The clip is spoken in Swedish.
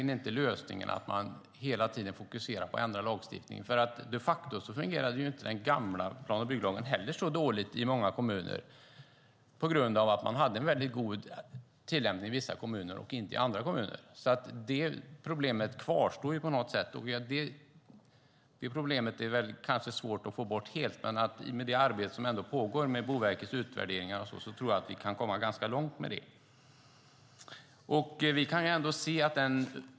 Lösningen är inte att hela tiden fokusera på att ändra lagstiftningen. Den gamla plan och bygglagen fungerade de facto inte heller så dåligt i många kommuner. Man hade en god tillämpning i vissa kommuner men inte i andra. Det problemet kvarstår och är kanske svårt att få bort helt, men med det arbete som pågår - Boverkets utvärderingar och sådant - tror jag att vi kan komma ganska långt.